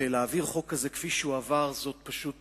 ולהעביר חוק כזה כפי שהוא עבר זאת פשוט